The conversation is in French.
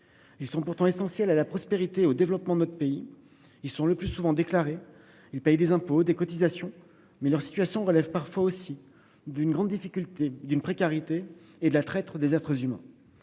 Ils sont pourtant essentiels à la prospérité au développement de notre pays. Ils sont le plus souvent déclarés. Ils payent des impôts, des cotisations mais leur situation relève parfois aussi d'une grande difficulté d'une précarité et de la traite des être s'humains.